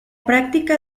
práctica